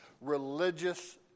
religious